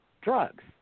drugs